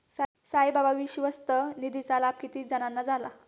साईबाबा विश्वस्त निधीचा लाभ किती जणांना झाला?